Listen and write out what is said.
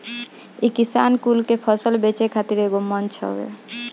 इ किसान कुल के फसल बेचे खातिर एगो मंच हवे